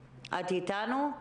בבקשה.